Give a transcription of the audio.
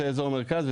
זה אזור המרכז,